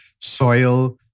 soil